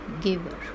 giver